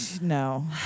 No